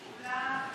כולם?